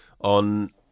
on